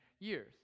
Years